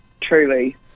truly